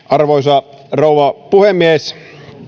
arvoisa rouva puhemies